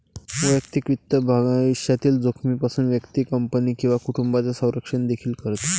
वैयक्तिक वित्त भविष्यातील जोखमीपासून व्यक्ती, कंपनी किंवा कुटुंबाचे संरक्षण देखील करते